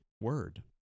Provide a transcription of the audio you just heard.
word